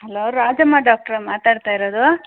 hello Rajamma ಡಾಕ್ಟ್ರಾ ಮಾತಾಡ್ತ ಇರೋದು